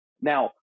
Now